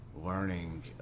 learning